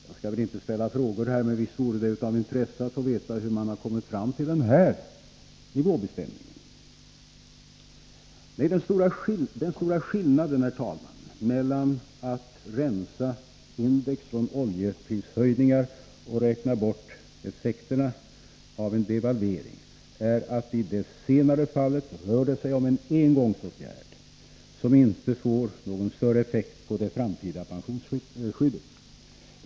Jag skall väl inte ställa frågor här, men visst vore det av intresse att få veta hur man kommit fram till den här nivåbestämningen. Den stora skillnaden, herr talman, mellan att rensa index från oljeprishöjningar och att räkna bort effekterna av en devalvering är att i det senare fallet rör det sig om en engångsåtgärd, som inte får någon större effekt på det framtida pensionsskyddet.